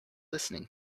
listening